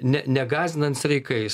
ne negąsdinant streikais